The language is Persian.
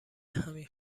همین